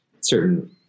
certain